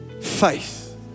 Faith